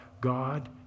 God